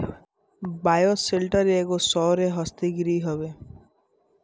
bioshelter एगो सौर हरितगृह हवे